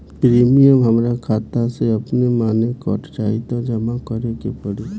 Premium हमरा खाता से अपने माने कट जाई की जमा करे के पड़ी?